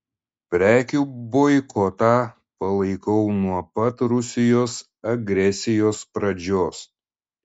prekių boikotą palaikau nuo pat rusijos agresijos pradžios